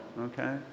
okay